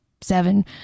seven